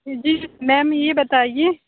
جی ma'am یہ بتائیے